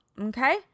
okay